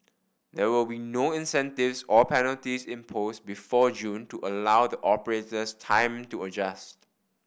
there will be no incentives or penalties imposed before June to allow the operators time to adjust